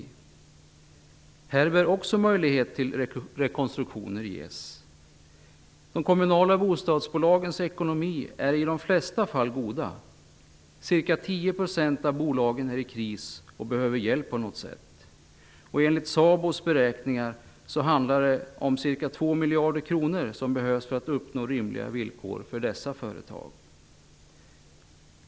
Här bör också möjlighet till rekonstruktioner ges. De kommunala bostadsbolagens ekonomi är i de flesta fall god. Ca 10 % av bolagen är i kris, och behöver hjälp på något sätt. Enligt SABO:s beräkningar behövs ca 2 miljarder kronor för att uppnå rimliga villkor för dessa företag.